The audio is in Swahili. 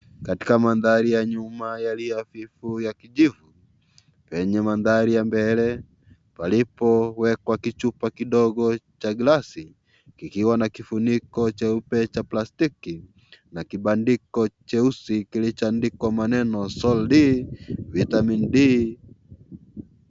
Katika maandhari ya nyuma ya kijivu penye maandhari ya mbele palipowekwa kichupa kidogo cha glasi kikiwa na kifuniko jeupe cha plastiki na kibandiko jeusi kilichoandikwa maneno "Vitamin D".